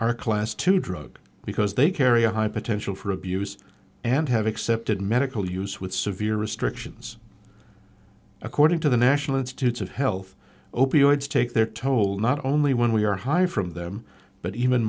are class two drug because they carry a high potential for abuse and have accepted medical use with severe restrictions according to the national institutes of health opioids take their toll not only when we are high from them but even